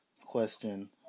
question